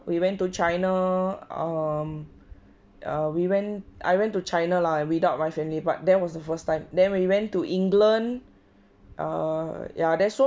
we went to china um err we went I went to china lah without my family but that was the first time then we went to england err ya there's so